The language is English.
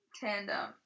tandem